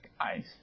ice